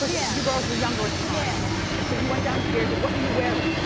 but yeah you girls were younger at the time. yeah. and so you went downstairs and what were you wearing?